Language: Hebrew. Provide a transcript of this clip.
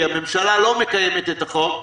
כי הממשלה לא מקיימת את החוק,